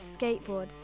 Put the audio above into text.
skateboards